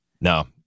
no